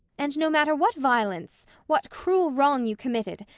and no matter what violence, what cruel wrong you committed,